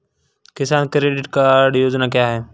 किसान credit card योजना क्या है?